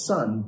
Son